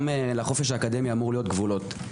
גם לחופש האקדמי אמורים להיות גבולות.